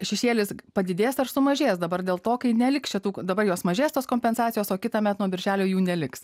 šešėlis padidės ar sumažės dabar dėl to kai neliks čia tų dabar jos mažesnės kompensacijos o kitąmet nuo birželio jų neliks